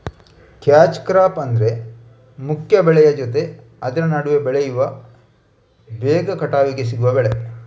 catch crop ಅಂದ್ರೆ ಮುಖ್ಯ ಬೆಳೆಯ ಜೊತೆ ಆದ್ರ ನಡುವೆ ಬೆಳೆಯುವ ಬೇಗ ಕಟಾವಿಗೆ ಸಿಗುವ ಬೆಳೆ